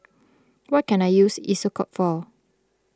what can I use Isocal for